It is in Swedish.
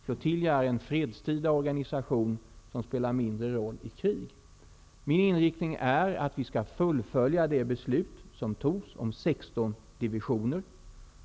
Flottiljer är en fredstida organisation, som spelar mindre roll i krig. Min inriktning är att vi skall fullfölja det beslut som fattades om 16 divisioner.